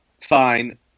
fine